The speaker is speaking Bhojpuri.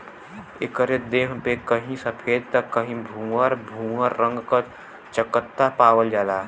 एकरे देह पे कहीं सफ़ेद त कहीं भूअर भूअर रंग क चकत्ता पावल जाला